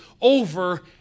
over